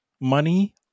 money